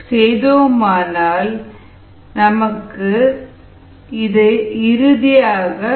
xm இனி xmYxsA xmYxsASi KsAKsA இறுதியில் கிடைப்பது xmYxsSiKs KsKsSi0